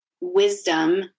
wisdom